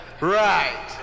right